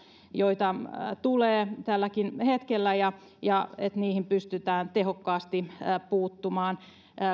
joita tulee tälläkin hetkellä ja ja että niihin pystytään tehokkaasti puuttumaan